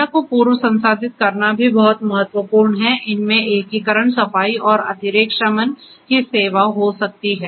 data को पूर्व संसाधित करना भी बहुत महत्वपूर्ण है इसमें एकीकरण सफाई और अतिरेक शमन की सेवा हो सकती है